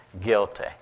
guilty